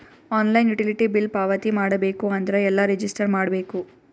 Online utility bill ಪಾವತಿ ಮಾಡಬೇಕು ಅಂದ್ರ ಎಲ್ಲ ರಜಿಸ್ಟರ್ ಮಾಡ್ಬೇಕು?